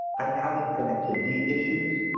i am having connectivity issues.